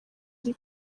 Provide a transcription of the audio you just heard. iri